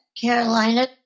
Carolina